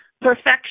perfection